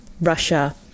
Russia